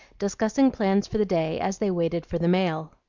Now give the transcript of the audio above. discussing plans for the day as they waited for the mail.